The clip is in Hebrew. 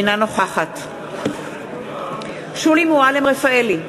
אינה נוכחת שולי מועלם-רפאלי,